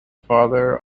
father